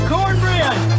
Cornbread